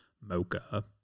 mocha